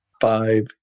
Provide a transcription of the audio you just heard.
five